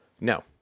No